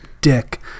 dick